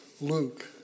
Luke